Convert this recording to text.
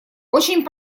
очень